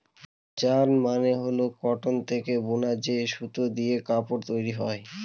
yarn মানে হল cotton থেকে বুনা যে সুতো দিয়ে কাপড় তৈরী হয়